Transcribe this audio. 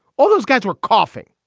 all those guys were coughing.